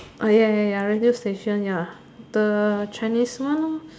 ah ya ya ya radio station ya the Chinese one lor